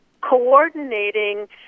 coordinating